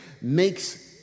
makes